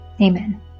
Amen